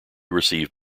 received